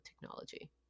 technology